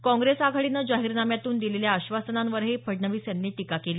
काँग्रेस आघाडीनं जाहिरनाम्यातून दिलेल्या आश्वासनांवरही फडणवीस यांनी टीका केली